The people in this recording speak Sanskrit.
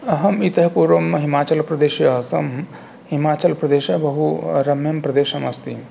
अहम् इतः पूर्वं हिमाचलप्रदेशे आसं हिमाचलप्रदेशः बहुरम्यं प्रदेशमस्ति